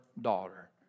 daughter